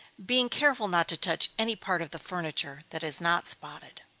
being careful not to touch any part of the furniture that is not spotted.